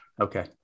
Okay